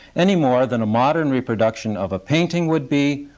any more than a modern reproduction of a painting would be,